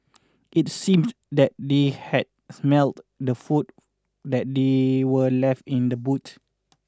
it seemed that they had smelt the food that they were left in the boot